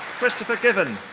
kristopher given.